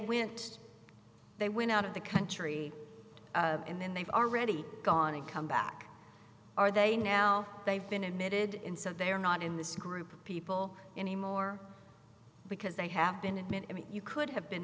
went they went out of the country and then they've already gone and come back are they now they've been admitted in so they are not in this group of people anymore because they have been admitted i mean you could have been